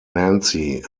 nancy